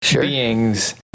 beings